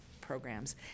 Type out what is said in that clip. programs